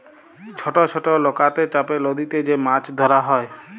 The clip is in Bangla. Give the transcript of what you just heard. ছট ছট লকাতে চাপে লদীতে যে মাছ ধরা হ্যয়